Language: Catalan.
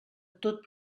tot